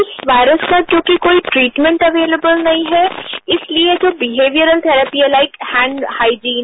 इस वायरस का क्योंकि कोई ट्रिटमेंट अवेलेबल नहीं है इसलिए जो बिहेवियरल थैरेपी है ताइक हेंड हाइजीन